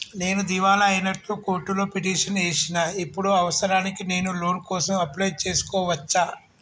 నేను దివాలా అయినట్లు కోర్టులో పిటిషన్ ఏశిన ఇప్పుడు అవసరానికి నేను లోన్ కోసం అప్లయ్ చేస్కోవచ్చా?